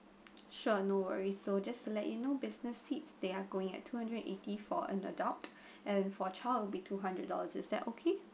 sure no worries so just to let you know business seats they are going at two hundred eighty for an adult and for child would be two hundred dollars is that okay